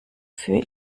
für